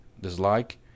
dislike